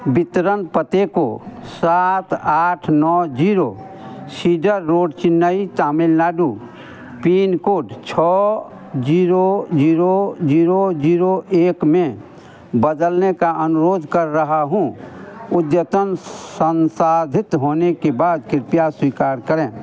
वितरण पते को सात आठ नौ zero cedar road Chennai Tamil Nadu pin code छः जीरो जीरो जीरो जीरो एक में बदलने का अनुरोध कर रहा हूँ अद्यतन संसाधित होने के बाद कृपया स्वीकार करें